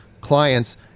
clients